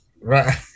Right